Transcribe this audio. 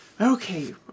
Okay